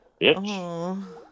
Bitch